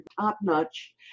top-notch